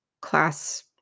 class